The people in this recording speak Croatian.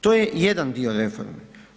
To je jedan dio reforme.